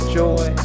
joy